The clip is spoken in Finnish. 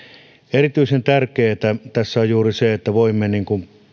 erityisen tärkeätä tässä on juuri se että voimme